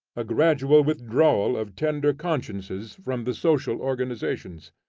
a gradual withdrawal of tender consciences from the social organizations.